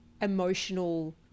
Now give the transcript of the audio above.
emotional